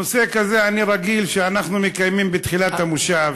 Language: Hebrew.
נושא כזה אני רגיל שאנחנו מקיימים בתחילת המושב,